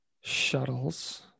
shuttles